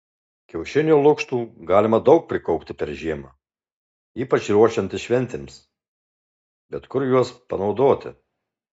kiaušinių lukštų galima daug prikaupti per žiemą ypač ruošiantis šventėms bet kur juos panaudoti